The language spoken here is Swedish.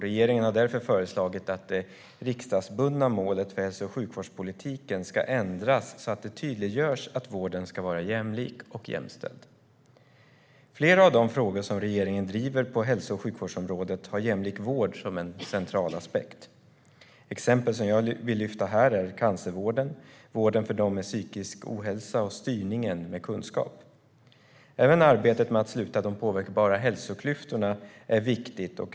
Regeringen har därför föreslagit att det riksdagsbundna målet för hälso och sjukvårdspolitiken ska ändras så att det tydliggörs att vården ska vara jämlik och jämställd. Flera av de frågor som regeringen driver på hälso och sjukvårdsområdet har jämlik vård som en central aspekt. Exempel som jag vill lyfta fram här är cancervården, vården för dem med psykisk ohälsa och styrningen med kunskap. Även arbetet med att sluta de påverkbara hälsoklyftorna är viktigt.